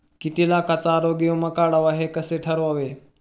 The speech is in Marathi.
किती लाखाचा आरोग्य विमा काढावा हे कसे ठरवावे?